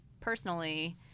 personally